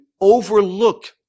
overlook